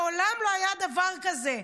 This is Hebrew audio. מעולם לא היה דבר כזה,